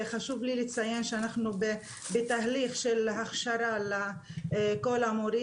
חשוב לי לציין שאנחנו בתהליך של הכשרה של כל המורים